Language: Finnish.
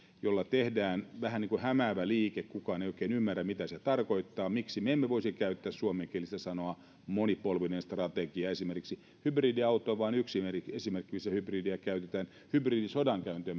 jolla tehdään vähän niin kuin hämäävä liike kukaan ei oikein ymmärrä mitä se tarkoittaa miksi me emme voisi käyttää suomenkielistä sanaa monipolvinen strategia esimerkiksi hybridiauto on vain yksi esimerkki siitä missä hybridiä käytetään hybridisodankäynti